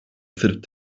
sırp